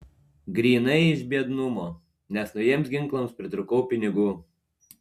grynai iš biednumo nes naujiems ginklams pritrūkau pinigų